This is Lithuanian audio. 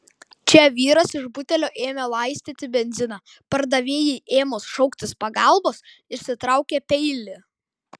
čia vyras iš butelio ėmė laistyti benziną pardavėjai ėmus šauktis pagalbos išsitraukė peilį